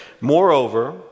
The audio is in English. Moreover